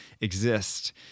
exist